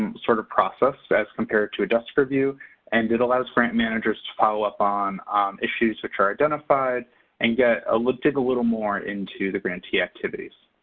and sort of, process as compared to a desk review and it allows grant managers to follow up on issues to try to identify it and get ah ah dig a little more into the grantee activities.